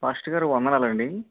pastor గారు వందనాలండి